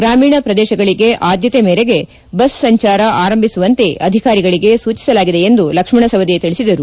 ಗ್ರಾಮೀಣ ಪ್ರದೇಶಗಳಿಗೆ ಆದ್ಯತೆ ಮೇರೆಗೆ ಬಸ್ ಸಂಚಾರ ಆರಂಭಿಸುವಂತೆ ಅಧಿಕಾರಿಗಳಿಗೆ ಸೂಚಿಸಲಾಗಿದೆ ಎಂದು ಲಕ್ಷ್ಣ ಸವದಿ ತಿಳಿಸಿದರು